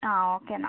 ആ ഓക്കെ എന്നാൽ